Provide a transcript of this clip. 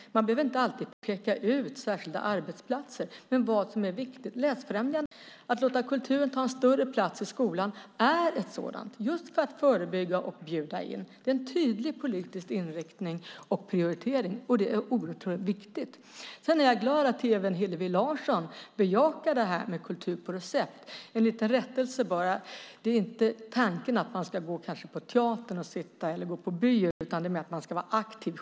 Man behöver inte alltid peka ut särskilda arbetsplatser utan vad som är viktigt. Läsfrämjande är en sådan sak. Att låta kulturen ta en större plats i skolan är viktigt just för att förebygga och bjuda in. Det är en tydlig politisk inriktning och prioritering som är oerhört viktig. Sedan är jag glad att även Hillevi Larsson bejakar det här med kultur på recept. En liten rättelse bara: Det är inte tanken att man ska gå på teater eller på bio utan mer att man själv ska vara aktiv.